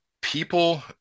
People